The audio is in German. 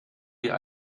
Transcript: wir